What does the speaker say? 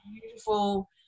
beautiful